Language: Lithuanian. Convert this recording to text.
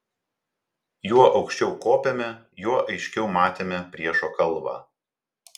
juo aukščiau kopėme juo aiškiau matėme priešo kalvą